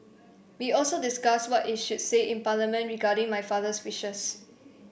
we also discussed what is should say in Parliament regarding my father's wishes